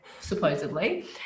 supposedly